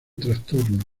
trastorno